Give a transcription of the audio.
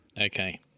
Okay